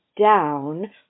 down